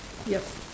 yup